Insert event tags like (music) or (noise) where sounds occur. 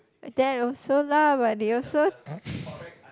and that also lah but they also (noise)